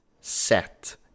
set